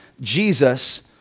Jesus